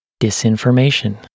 Disinformation